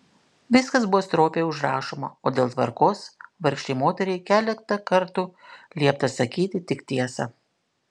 viskas buvo stropiai užrašoma o dėl tvarkos vargšei moteriai keletą kartų liepta sakyti tik tiesą